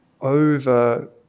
over